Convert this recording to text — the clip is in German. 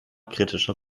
kritischer